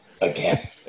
again